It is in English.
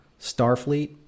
Starfleet